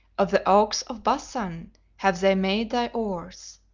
of the oaks of basan have they made thy oars.